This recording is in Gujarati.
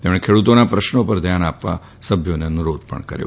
તેમણે ખેડૂતોના પ્રશ્નો પર ધ્યાન આપવા સભ્યોને અનુરોધ કર્યો